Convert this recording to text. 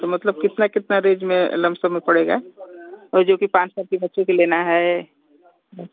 तो मतलब कितना कितना रेंज में लमसम में पड़ेगा वह जो कि पाँच साल के बच्चों का लेना है